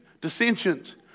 Dissensions